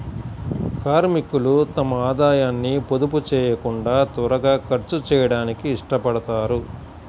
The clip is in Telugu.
కార్మికులు తమ ఆదాయాన్ని పొదుపు చేయకుండా త్వరగా ఖర్చు చేయడానికి ఇష్టపడతారు